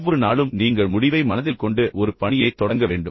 ஒவ்வொரு நாளும் நீங்கள் முடிவை மனதில் கொண்டு ஒரு பணியைத் தொடங்க வேண்டும்